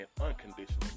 unconditional